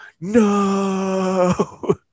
No